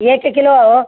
एककिलो